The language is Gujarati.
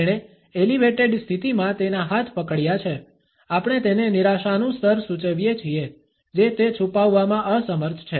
તેણે એલિવેટેડ સ્થિતિમાં તેના હાથ પકડ્યા છે આપણે તેને નિરાશાનું સ્તર સૂચવીએ છીએ જે તે છુપાવવામાં અસમર્થ છે